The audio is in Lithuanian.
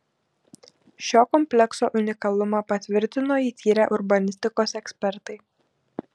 šio komplekso unikalumą patvirtino jį tyrę urbanistikos ekspertai